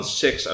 six